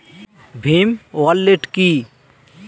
Bhim wallet কি?